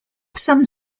some